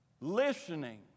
listening